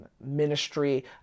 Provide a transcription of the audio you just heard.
ministry